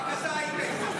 רק אתה היושב-ראש.